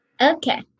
Okay